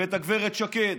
ואת הגב' שקד.